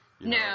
No